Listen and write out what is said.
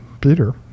Peter